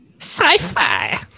sci-fi